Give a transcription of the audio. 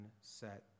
set